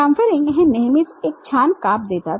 शामफरिंग हे नेहमीच एक छान काप देतात